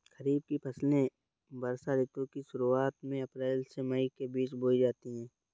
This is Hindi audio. खरीफ की फसलें वर्षा ऋतु की शुरुआत में अप्रैल से मई के बीच बोई जाती हैं